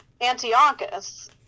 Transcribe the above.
Antiochus